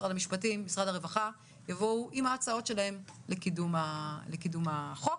המשפטים והרווחה יבואו עם ההצעות לקידום החוק.